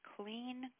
clean